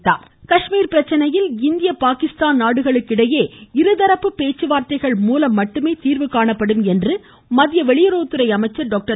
ம் ம் ம் ம ஜெய்சங்கர் காஷ்மீர் பிரச்சனையில் இந்தியா பாகிஸ்தான் நாடுகளுக்கு இடையே இருதரப்பு பேச்சுவார்த்தைகள் மூலம் மட்டுமே தீர்வு காணப்படும் என்று மத்திய வெளியுறவுத்துறை அமைச்சர் டாக்டர்